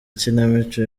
ikinamico